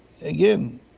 Again